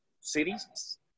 cities